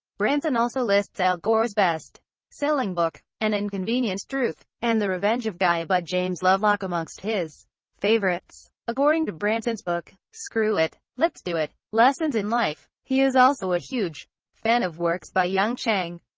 branson also lists al gore's best selling book, an inconvenient truth, and the revenge of gaia by james lovelock amongst his favourites. according to branson's book, screw it, let's do it. lessons in life, he is also a huge fan of works by jung chang.